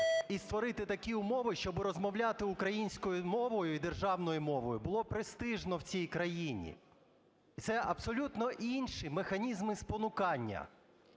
і створити такі умови, щоби розмовляти українською мовою і державною мовою було престижно в цій країні. Це абсолютно інші механізми спонукання.